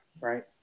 right